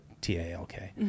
T-A-L-K